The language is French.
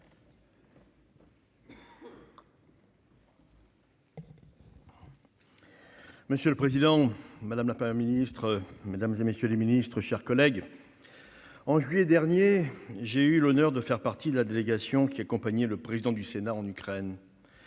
Monsieur le président, madame la Première ministre, mesdames, messieurs les ministres, mes chers collègues, en juillet dernier, j'ai eu l'honneur de faire partie de la délégation qui accompagnait le président du Sénat en Ukraine.